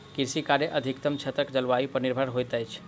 कृषि कार्य अधिकतम क्षेत्रक जलवायु पर निर्भर होइत अछि